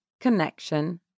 connection